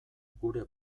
gure